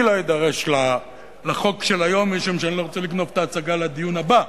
אני לא אדרש לחוק של היום משום שאני לא רוצה לגנוב את ההצגה מהדיון הבא.